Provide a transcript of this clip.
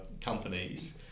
companies